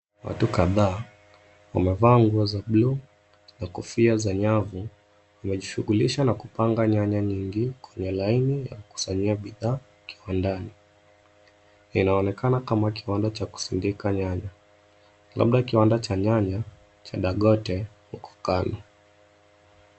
Watu kadhaa wamevaa nguo za bluu na kofia za nyafu wamesungulisha kupanga nyanya nyingi kwenye laini ya kusalia bidhaa uko ndani. Inaonekana kama ni kiwanda wa kusindika nyanya, labda ni kiwanda cha nyanya cha Chandakote uko ndani